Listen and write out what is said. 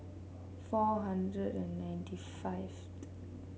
four hundred and ninety five